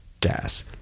Gas